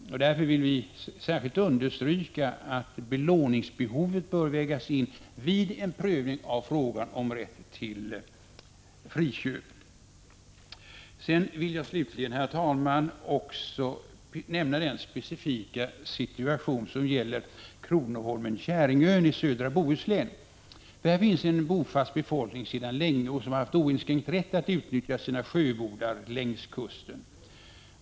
Vi vill därför särskilt understryka att belåningsbehovet bör vägas in vid en prövning av frågan om rätt till friköp. Jag vill slutligen, herr talman, nämna den specifika situation som gäller kronoholmen Käringön i södra Bohuslän. Där finns sedan länge en bofast befolkning som haft oinskränkt rätt att utnyttja sina sjöbodar längs kusten.